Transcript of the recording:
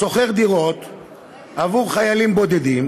שוכרת דירות בעבור חיילים בודדים,